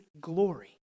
glory